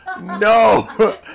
no